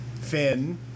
Finn